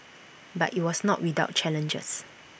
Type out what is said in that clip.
but IT was not without challenges